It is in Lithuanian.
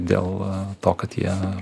dėl to kad jie